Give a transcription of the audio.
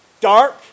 dark